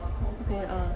uh